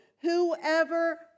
Whoever